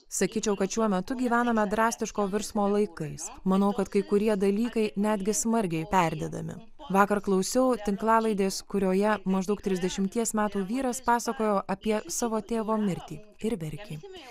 sakyčiau kad šiuo metu gyvename drastiško virsmo laikais manau kad kai kurie dalykai netgi smarkiai perdedami vakar klausiau tinklalaidės kurioje maždaug trisdešimties metų vyras pasakojo apie savo tėvo mirtį ir verkė